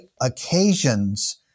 occasions